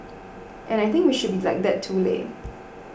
and I think we should be like that too leh